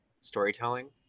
storytelling